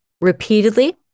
repeatedly